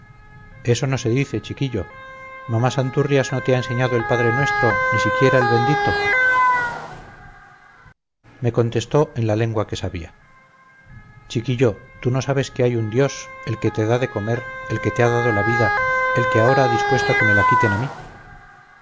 eso no se dice chiquillo mamá santurrias no te ha enseñado el padre nuestro ni siquiera el bendito me contestó en la lengua que sabía chiquillo tú no sabes que hay un dios el que te da de comer el que te ha dado la vida el que ahora ha dispuesto que me la quiten a mí